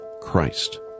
Christ